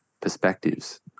perspectives